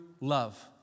love